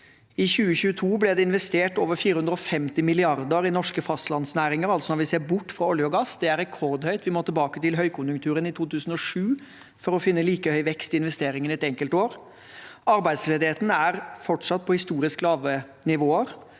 I 2022 ble det investert over 450 mrd. kr i norske fastlandsnæringer, dvs. når vi ser bort fra olje og gass. Det er rekordhøyt. Vi må tilbake til høykonjunkturen i 2007 for å finne like høy vekst i investeringene i et enkeltår. Arbeidsledigheten er fortsatt på historisk lave nivåer.